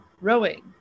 rowing